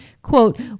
quote